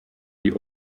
die